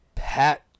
Pat